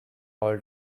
all